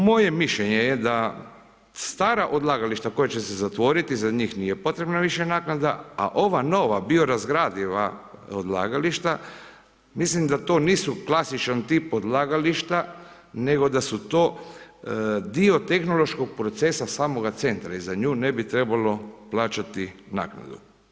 Moje mišljenje je da stara odlagališta koja će se zatvoriti, za njih nije potrebna više naknada, a ova nova biorazgradiva odlagališta, mislim da to nisu klasičan tip odlagališta nego da su to dio tehnološkog procesa samoga centra i za nju ne bi trebalo plaćati naknadu.